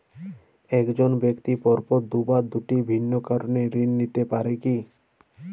এক জন ব্যক্তি পরপর দুবার দুটি ভিন্ন কারণে ঋণ নিতে পারে কী?